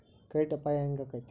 Credit ಅಪಾಯಾ ಹೆಂಗಾಕ್ಕತೇ?